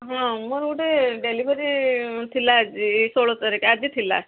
ହଁ ମୋର ଗୋଟେ ଡେଲିଭରି ଥିଲା ଆଜି ଷୋହଳ ତାରିଖ ଆଜି ଥିଲା